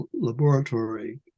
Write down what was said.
laboratory